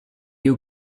you